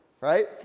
right